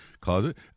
closet